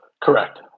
Correct